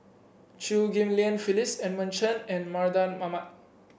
Chew Ghim Lian Phyllis Edmund Chen and Mardan Mamat